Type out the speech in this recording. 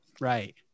right